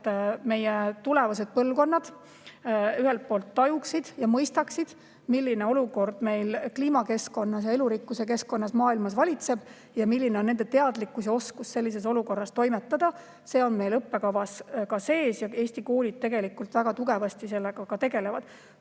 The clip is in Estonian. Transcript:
et meie tulevased põlvkonnad ühelt poolt tajuksid, mõistaksid, milline olukord maailma kliimakeskkonnas ja elurikkuse keskkonnas valitseb ning milline on nende teadlikkus ja oskus sellises olukorras toimetada. See on meil õppekavas sees ja Eesti koolid tegelikult väga tugevasti sellega tegelevad.